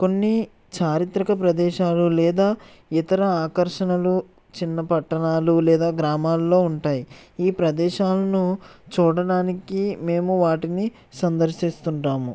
కొన్ని చారిత్రక ప్రదేశాలు లేదా ఇతర ఆకర్షణలు చిన్న పట్టణాలు లేదా గ్రామాల్లో ఉంటాయి ఈ ప్రదేశాలను చూడడానికి మేము వాటిని సందర్శిస్తుంటాము